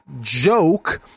joke